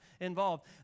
involved